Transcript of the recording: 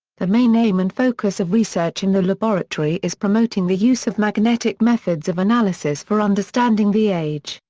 the main aim and focus of research in the laboratory is promoting the use of magnetic methods of analysis for understanding the age,